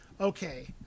okay